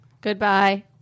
Goodbye